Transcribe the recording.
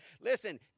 listen